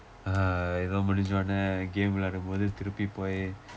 ah எதோ முடிந்தவுடன்:etho mudinthavudan game விளையாடும் போது திருப்பி போய்:vilayaadum pothu thiruppi poi